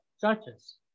Judges